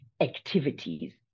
activities